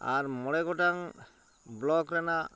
ᱟᱨ ᱢᱚᱬᱮ ᱜᱚᱴᱟᱝ ᱵᱞᱚᱠ ᱨᱮᱱᱟᱜ